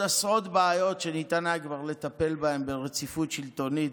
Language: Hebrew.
עשרות בעיות שניתן כבר היה לטפל בהן ברציפות שלטונית